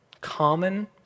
common